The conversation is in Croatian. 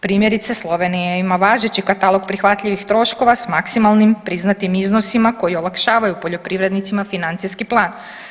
Primjerice Slovenija ima važeći katalog prihvatljivih troškova sa maksimalnim priznatim iznosima koji olakšavaju poljoprivrednicima financijski plan.